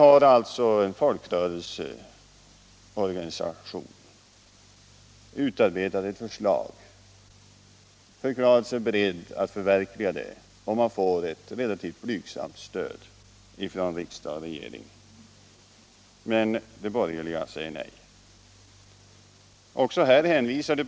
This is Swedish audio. En folkrörelseorganisation har utarbetat ett förslag, förklarat sig beredd att förverkliga det — om den får ett relativt blygsamt stöd från riksdagen och regeringen. Men de borgerliga säger nej.